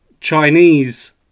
chinese